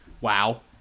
wow